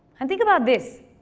and think about this.